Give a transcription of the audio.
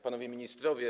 Panowie Ministrowie!